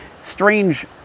strange